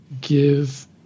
give